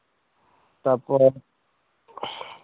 ᱛᱟᱨᱯᱚᱨᱮ